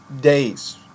days